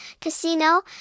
casino